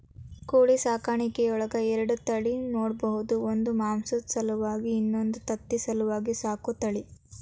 ಕೋಳಿ ಸಾಕಾಣಿಕೆಯೊಳಗ ಎರಡ ತಳಿ ನೋಡ್ಬಹುದು ಒಂದು ಮಾಂಸದ ಸಲುವಾಗಿ ಇನ್ನೊಂದು ತತ್ತಿ ಸಲುವಾಗಿ ಸಾಕೋ ತಳಿ